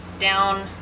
down